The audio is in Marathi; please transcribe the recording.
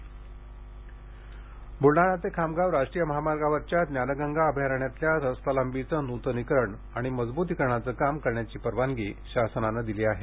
ज्ञानगंगा अभयारण्य बुलडाणा ते खामगांव राष्ट्रीय महामार्गावरच्या ज्ञानगंगा अभयारण्यातल्या रस्तालांबीचे नूतनीकरण आणि मजबूतीकरणाचे काम करण्याची परवानगी शासनाने दिली आहे